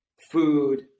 food